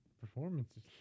performances